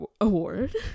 award